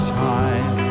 time